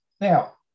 Now